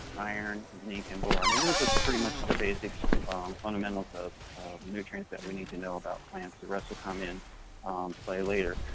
iron, zinc and boron. and those are pretty much the basic fundamentals of nutrients that we need to know about plants. the rest will come in play later.